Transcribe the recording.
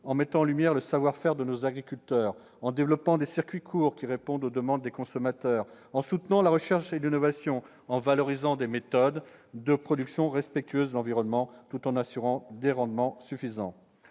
en mettant en lumière le savoir-faire de nos agriculteurs, en développant des circuits courts, qui répondent aux demandes des consommateurs, en soutenant la recherche et l'innovation, en valorisant des méthodes de production respectueuses de l'environnement, tout en assurant des rendements suffisants.